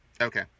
Okay